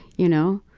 you know.